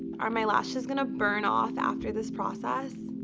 are my lashes gonna burn off after this process?